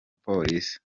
polisi